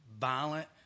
Violent